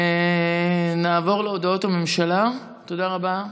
תודה רבה.